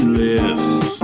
lists